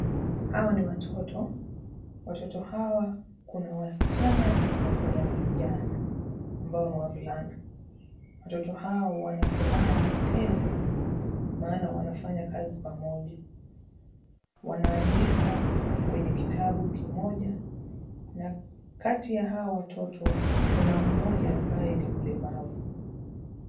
Hawa ni watoto. Watoto hawa ,kuna wasichana na kuna vijana mbao ni wavulana. Watoto hawa wana furaha tele, maana wanafanya kazi pamoja. Wanaandika kwenye kitabu kimoja. Kati ya hawa watoto kuna mmoja ambaye ni mlemavu.